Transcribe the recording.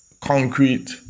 concrete